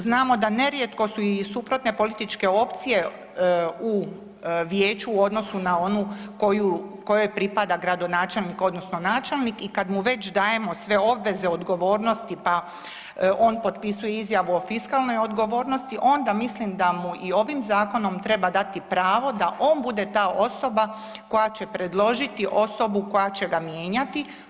Znamo da nerijetko su i suprotne političke opcije u vijeću u odnosu na onu kojoj pripada gradonačelnik odnosno načelnik i kad mu već dajemo sve obveze, odgovornosti pa on potpisuje izjavu o fiskalnoj odgovornosti, onda mislim da mu i ovim zakonom treba dati pravo da on bude ta osoba koja će predložiti osobu koja će ga mijenjati.